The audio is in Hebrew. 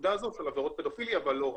בנקודה הזאת על עבירות פדופיליה, אבל לא רק.